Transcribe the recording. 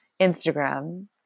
Instagram